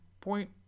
point